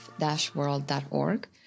f-world.org